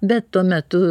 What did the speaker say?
bet tuo metu